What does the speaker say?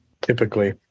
Typically